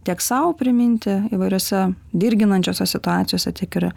tiek sau priminti įvairiose dirginančiose situacijose tiek ir